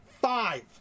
Five